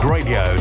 Radio